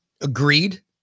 Agreed